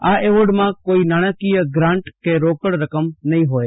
આ ઐવોર્ડમાં કોઈ નાણાકીય ગ્રાન્ટ કે રોકડ રકમ નહી હોય